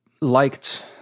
liked